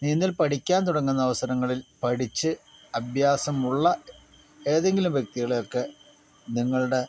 നീന്തൽ പഠിക്കാൻ തൊടങ്ങുന്ന അവസരങ്ങളിൽ പഠിച്ച് അഭ്യാസമുള്ള ഏതെങ്കിലും വ്യക്തികളെ ഒക്കെ നിങ്ങളുടെ